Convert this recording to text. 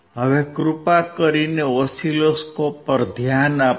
હવે કૃપા કરીને ઓસિલોસ્કોપ પર ધ્યાન આપો